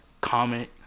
comment